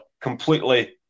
completely